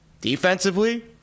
Defensively